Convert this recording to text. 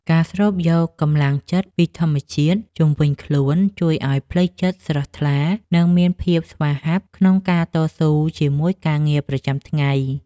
ការស្រូបយកកម្លាំងចិត្តពីធម្មជាតិជុំវិញខ្លួនជួយឱ្យផ្លូវចិត្តស្រស់ថ្លា និង មានភាពស្វាហាប់ក្នុងការតស៊ូជាមួយការងារប្រចាំថ្ងៃ។